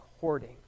hoarding